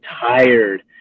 tired